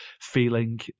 feeling